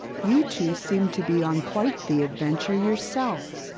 you two seem to be on quite the adventure yourself.